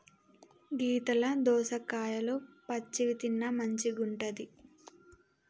గీతల దోసకాయలు పచ్చివి తిన్న మంచిగుంటది